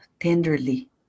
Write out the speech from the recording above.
tenderly